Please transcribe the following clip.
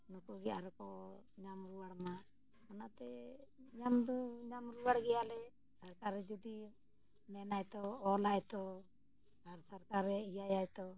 ᱱᱩᱠᱩᱜᱮ ᱟᱨᱚ ᱠᱚ ᱧᱟᱢ ᱨᱩᱣᱟᱹᱲ ᱢᱟ ᱚᱱᱟᱛᱮ ᱧᱟᱢ ᱫᱚ ᱧᱟᱢ ᱨᱩᱣᱟᱹᱲ ᱜᱮᱭᱟᱞᱮ ᱥᱚᱨᱠᱟᱨᱮ ᱡᱩᱫᱤ ᱢᱮᱱᱟᱭᱛᱚ ᱚᱞᱟᱭ ᱛᱚ ᱟᱨ ᱥᱚᱨᱠᱟᱨᱮ ᱮᱭᱟᱭ ᱛᱚ